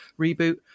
reboot